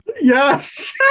Yes